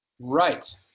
right